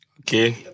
Okay